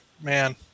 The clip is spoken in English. man